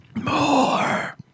More